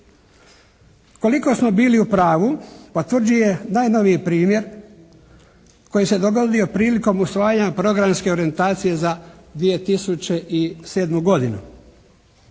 Koliko smo bili u pravu potvrđuje i najnoviji primjer koji se dogodio prilikom usvajanja programske orijentacije za 2007. godinu.